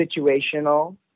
situational